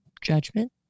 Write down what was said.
judgment